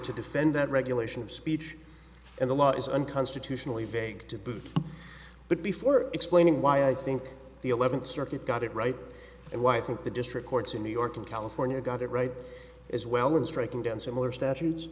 to defend that regulation of speech and the law is unconstitutional evade to boot but before explaining why i think the eleventh circuit got it right it why i think the district courts in new york and california got it right as well in striking down similar statutes